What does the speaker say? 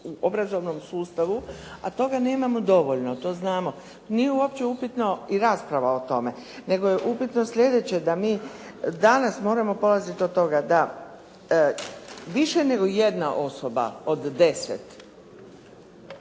u obrazovnom sustavu, a toga nemamo dovoljno, to znamo. Nije uopće upitno i rasprava o tome, nego je upitno sljedeće, da mi danas moramo polaziti od toga da više nego jedna osoba od 10